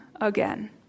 again